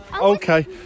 Okay